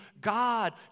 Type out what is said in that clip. God